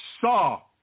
saw